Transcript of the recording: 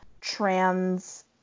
trans